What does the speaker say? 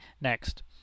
next